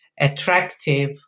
attractive